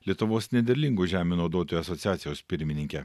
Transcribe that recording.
lietuvos nederlingų žemių naudotojų asociacijos pirmininke